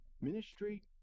ministry